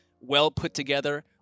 well-put-together